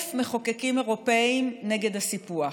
1,000 מחוקקים אירופים נגד הסיפוח,